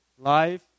life